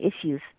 issues